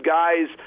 guys